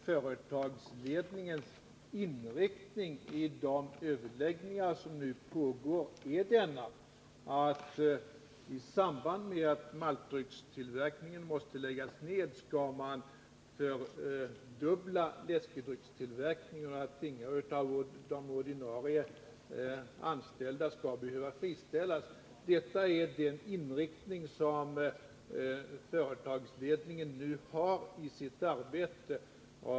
Företagsledningens inriktning vid de överläggningar som nu pågår är emellertid att i samband med att maltdryckstillverkningen måste läggas ned skall man fördubbla läskedryckstillverkningen och att ingen av de ordinarie anställda skall behöva friställas. Detta är den inriktning som företagsledningen nu har för sitt arbete.